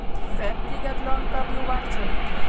व्यक्तिगत लोन कब लुबार चही?